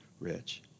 rich